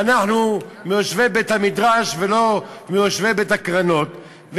ואנחנו מיושבי בית-המדרש ולא מיושבי בית הקרנות.